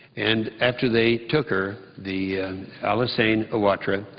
and after they took her, the alassane ah quattara,